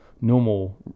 normal